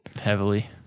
Heavily